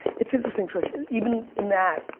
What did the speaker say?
it's interesting trish, even in that,